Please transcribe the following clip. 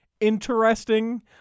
interesting